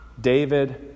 David